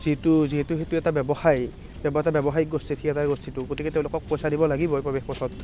যিটো যিহেতু এটা ব্যৱসায় সিহঁতে এটা ব্যৱসায় গোষ্ঠী থিয়েটাৰ গোষ্ঠীটো গতিকে তেওঁলোকক পইচা দিব লাগিবই প্ৰৱেশপথত